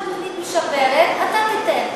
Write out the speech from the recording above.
איפה שהתוכנית משפרת, אתה תיתן.